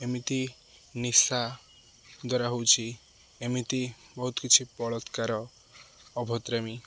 ଏମିତି ନିଶା ଦ୍ଵାରା ହେଉଛି ଏମିତି ବହୁତ କିଛି ବଳତ୍କାର ଅଭଦ୍ରାମୀ